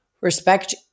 respect